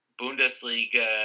Bundesliga